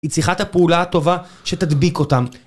היא צריכה את הפעולה הטובה שתדביק אותם.